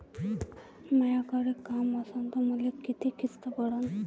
मायाकडे काम असन तर मले किती किस्त पडन?